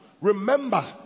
remember